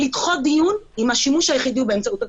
אני מעדיפה לדחות דיון אם השימוש היחידי הוא באמצעות הטלפון.